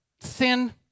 Sin